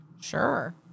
Sure